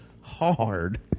hard